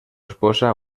esposa